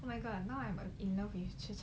oh my god now I'm I'm in love with